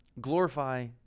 Glorify